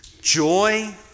Joy